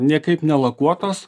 nekaip nelakuotos